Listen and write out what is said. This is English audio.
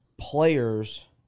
players